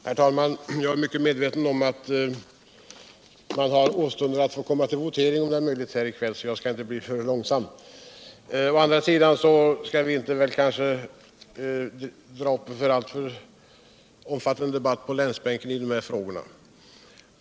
Herr talman! Jag är mycket medveten om att man åstundar att komma till votering här i kväll om det är möjligt, och jag skall inte bli för långrandig. Vi skall inte dra upp en alltför omfattande debatt på länsbänken i dessa frågor.